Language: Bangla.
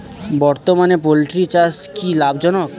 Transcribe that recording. বর্তমানে পোলট্রি চাষ কি লাভজনক?